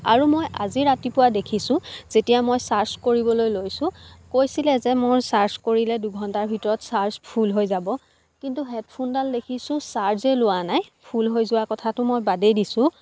আৰু মই আজি ৰাতিপুৱা দেখিছোঁ যেতিয়া মই চাৰ্চ কৰিবলৈ লৈছোঁ কৈছিলে যে মোৰ চাৰ্চ কৰিলে দুঘণ্টাৰ ভিতৰত চাৰ্জ ফুল হৈ যাব কিন্তু হেডফোনডাল দেখিছোঁ চাৰ্জেই লোৱা নাই ফুল হৈ যোৱা কথাটো মই বাদেই দিছোঁ